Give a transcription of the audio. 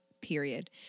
period